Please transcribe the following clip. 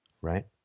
right